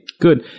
Good